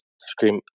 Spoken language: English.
scream